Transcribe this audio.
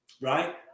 Right